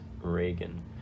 Reagan